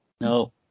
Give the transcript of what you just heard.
no